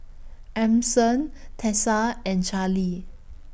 Emerson Tessa and Charly